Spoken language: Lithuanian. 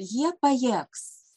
jie pajėgs